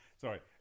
sorry